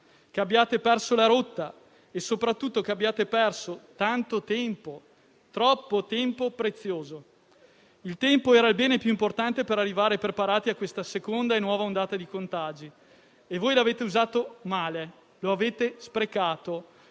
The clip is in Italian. che abbiate perso la rotta e soprattutto che abbiate perso tanto, troppo tempo prezioso. Il tempo era il bene più importante per arrivare preparati a questa seconda e nuova ondata di contagi e l'avete usato male; lo avete sprecato.